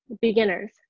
beginners